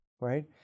Right